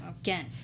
again